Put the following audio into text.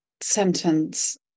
sentence